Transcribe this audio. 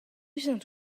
cents